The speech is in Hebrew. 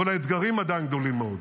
אבל האתגרים עדיין גדולים מאוד.